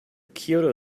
kyoto